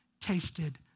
tasted